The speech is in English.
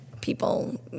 people